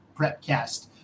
Prepcast